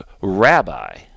rabbi